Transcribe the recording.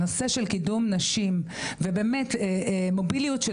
הנושא של קידום נשים ובאמת מוביליות של